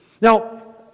Now